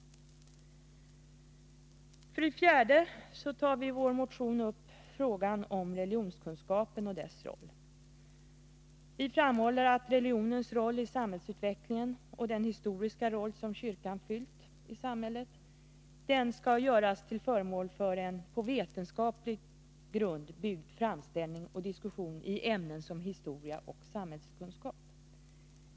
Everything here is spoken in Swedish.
Vidare tar vi i vår motion upp religionskunskapen och dess roll. Vi framhåller att religionens roll i samhällsutvecklingen och den historiska roll som kyrkan har uppfyllt i samhället bör göras till föremål för en på vetenskaplig grund byggd framställning och diskussion i ämnen som historia och samhällskunskap.